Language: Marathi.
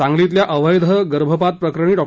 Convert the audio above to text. सांगलीतल्या अवैध गर्भपात प्रकरणी डॉ